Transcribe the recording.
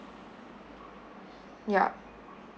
yup